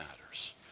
matters